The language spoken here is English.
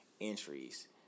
entries